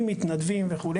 עם מתנדבים וכו'.